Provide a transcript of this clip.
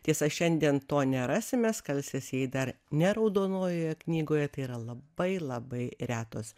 tiesa šiandien to nerasime skalsės jei dar ne raudonojoje knygoje tai yra labai labai retos